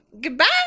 Goodbye